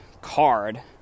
card